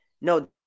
no